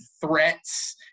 threats